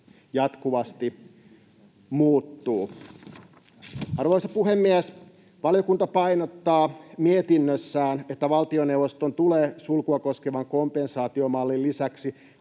jatkuvasti muuttuu. Arvoisa puhemies! Valiokunta painottaa mietinnössään, että valtioneuvoston tulee sulkua koskevan kompensaatiomallin lisäksi